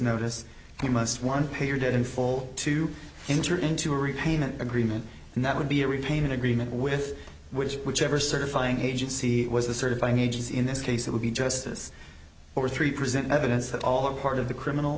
notice you must one pay your debt in full to enter into a repayment agreement and that would be a repayment agreement with which whichever certifying agency was the certifying agency in this case it would be justice or three percent evidence that all or part of the criminal